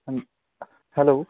ਹ ਹੈਲੋ